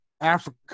Africa